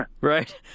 Right